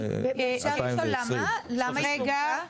אפשר לשאול למה היא פורקה?